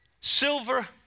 Silver